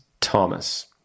Thomas